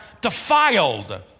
defiled